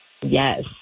Yes